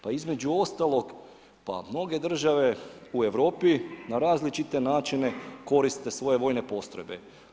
Pa između ostalog pa mnoge države u Europi na različite načine koriste svoje vojne postrojbe.